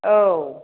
औ